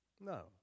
No